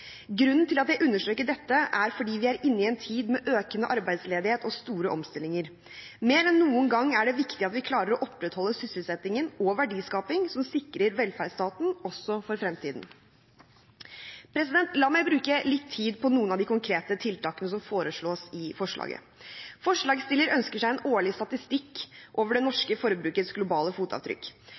Grunnen til at jeg understreker dette, er at vi er inne i en tid med økende arbeidsledighet og store omstillinger. Mer enn noen gang er det viktig at vi klarer å opprettholde sysselsetting og verdiskaping som sikrer velferdsstaten også for fremtiden. La meg bruke litt tid på noen av de konkrete tiltakene som foreslås i forslaget. Forslagsstilleren ønsker seg en årlig statistikk over det norske forbrukets globale fotavtrykk.